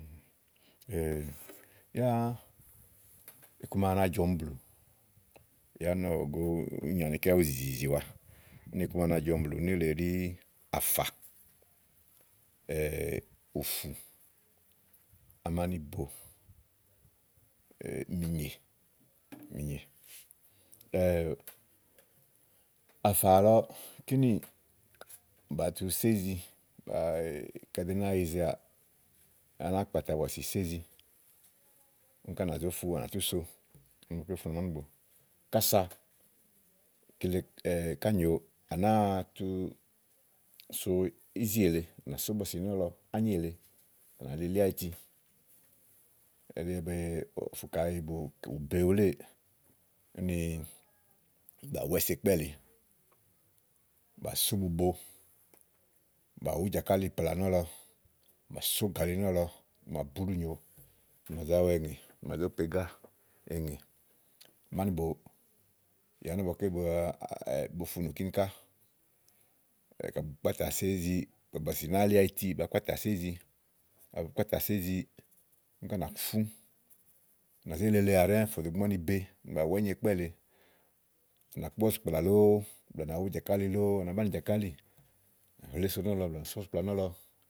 yá iku ma na jɔɔmi blù ì yàá nɔ òwo. go úni nyì, anikɛ́ ìzìziwa, ikuma na jɔ̀ɔmi blù nélèe ɖí àfà ùfù ámánìbo mìnyè, mìnyè àfà àlɔ kínì bàa tu so ìzi ka àá do náa yizeà, à náa kpàtà bɔ̀sì so ízi úni ká nà zó fu à nà tú so funù amánìbo kása kile ká nyòo à nàáa tu so ízi èle ànà so bɔ̀sì nɔ̀lɔ ányi èle à nà yili li áyiti elí ówó be kayi ù be wulé úni bà wɛ́so ikpɛ́ lèe bà só bubo bà wú jàkálì plaà nɔ̀lɔ bà só gàlí nɔ̀lɔ bà búlù nyo bà zá wɛŋè, bà zo po igá eŋé amánìbo ùnyì ani ígbɔ bo funù kíni ká ka bùú kpàtà so ízi, bɔ̀sì nàáa li ayiti bàa kpatà so ízi kayi bùú kpatà so ízi úni ká nà fù bà zé leleà ɖɛ́ɛ́ fò dò ígbè màa úni be, bà wɛ́nyo. ikpɛ́ lèe, bà kpó bɔ̀sìkplà lòò blɛ̀ɛ bà wú jàkáli lòò bàá banìi jàkálì bà hléso nɔ̀lɔ blɛ́ɛ bà só bɔ̀sìkplà nɔ̀lɔ.